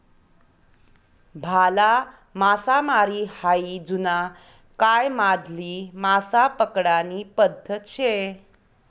भाला मासामारी हायी जुना कायमाधली मासा पकडानी पद्धत शे